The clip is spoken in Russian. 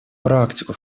практику